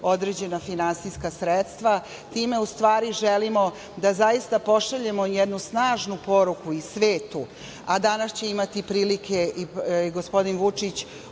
određena finansijska sredstva. Time u stvari želimo da zaista pošaljemo jednu snažnu poruku i svetu, a danas će imati prilike i gospodin Vučić